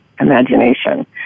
imagination